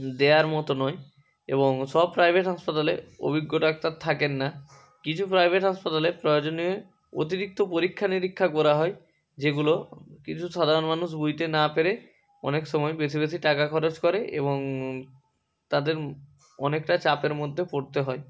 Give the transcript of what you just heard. দেওয়ার মতো নয় এবং সব প্রাইভেট হাসপাতালে অভিজ্ঞ ডাক্তার থাকেন না কিছু প্রাইভেট হাসপাতালে প্রয়োজনীয়ে অতিরিক্ত পরীক্ষা নিরীক্ষা করা হয় যেগুলো কিছু সাধারণ মানুষ বুঝতে না পেরে অনেক সময় বেশি বেশি টাকা খরচ করে এবং তাদের অনেকটা চাপের মধ্যে পড়তে হয়